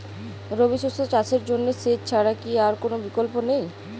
রবি শস্য চাষের জন্য সেচ ছাড়া কি আর কোন বিকল্প নেই?